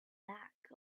lack